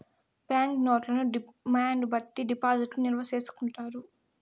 bank నోట్లను demand బట్టి డిపాజిట్లు నిల్వ చేసుకుంటారు